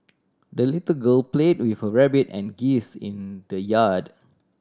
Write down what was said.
the little girl played with her rabbit and geese in the yard